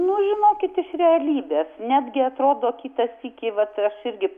nu žinokit iš realybės netgi atrodo kitą sykį vat aš irgi